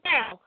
Now